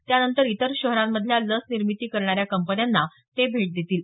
त्यानंतर इतर शहरांमधल्या लस निर्मिती करणाऱ्या कंपन्यांना ते भेट देतील